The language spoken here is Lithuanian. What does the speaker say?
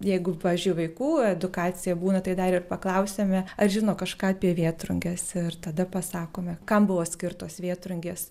jeigu pavyzdžiui vaikų edukacija būna tai dar ir paklausiame ar žino kažką apie vėtrunges ir tada pasakome kam buvo skirtos vėtrungės